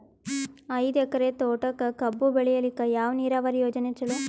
ಐದು ಎಕರೆ ತೋಟಕ ಕಬ್ಬು ಬೆಳೆಯಲಿಕ ಯಾವ ನೀರಾವರಿ ಯೋಜನೆ ಚಲೋ?